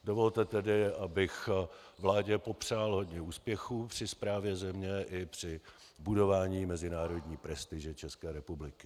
Dovolte tedy, abych vládě popřál hodně úspěchů při správě země i při budování mezinárodní prestiže České republiky.